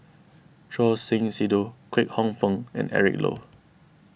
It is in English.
Choor Singh Sidhu Kwek Hong Png and Eric Low